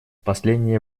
последнее